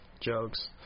jokes